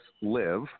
live